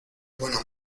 buena